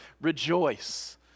rejoice